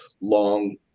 long